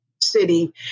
city